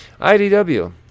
IDW